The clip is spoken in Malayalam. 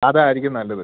അതായിരിക്കും നല്ലത്